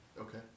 Okay